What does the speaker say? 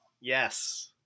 yes